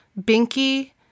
Binky